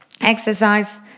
exercise